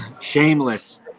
Shameless